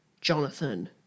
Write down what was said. jonathan